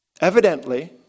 Evidently